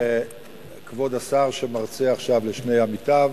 כבוד השר שמרצה עכשיו לשני עמיתיו,